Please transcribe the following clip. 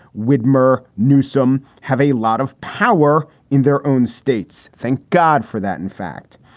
widmer newsome have a lot of power in their own states. thank god for that, in fact.